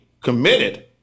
committed